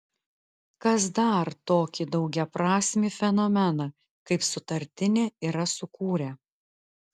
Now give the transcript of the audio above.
kas dar tokį daugiaprasmį fenomeną kaip sutartinė yra sukūrę